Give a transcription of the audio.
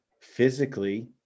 physically